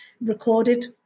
recorded